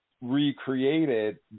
recreated